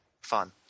fun